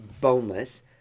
boneless